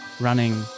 running